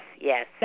yes